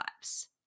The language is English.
lives